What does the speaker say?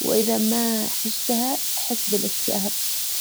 واذا ما عشتها احس بالاكتئاب